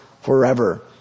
forever